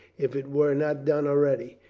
if it were not done already.